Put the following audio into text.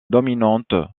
dominante